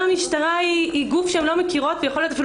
המשטרה היא גוף שהן לא מכירות ויכול להיות אפילו